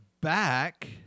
back